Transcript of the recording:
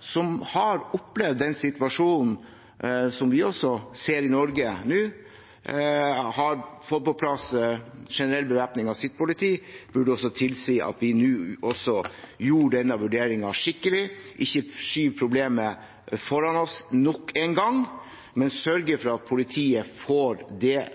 som har opplevd den situasjonen som vi også ser i Norge nå, har fått på plass en generell bevæpning av sitt politi, burde tilsi at også vi nå gjorde denne vurderingen skikkelig – ikke skyver problemet foran oss nok en gang, men sørger for at politiet får det